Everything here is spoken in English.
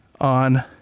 on